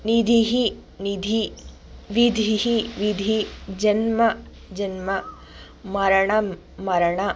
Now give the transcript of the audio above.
नीधिः निधि विधिः विधि जन्म जन्म मरणं मरण